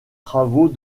travaux